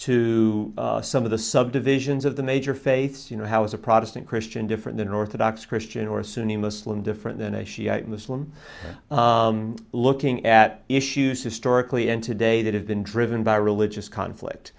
to some of the subdivisions of the major faiths you know how is a protestant christian different than orthodox christian or sunni muslim different than a shiite muslim looking at issues historically and today that have been driven by religious conflict